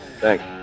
Thanks